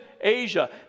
Asia